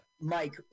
Mike